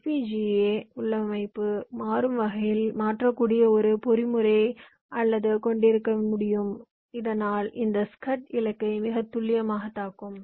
FPGA உள்ளமைவை மாறும் வகையில் மாற்றக்கூடிய ஒரு பொறிமுறையை அது கொண்டிருக்க முடியும் இதனால் இந்த ஸ்கட் இலக்கை மிகத் துல்லியமாக தாக்கும்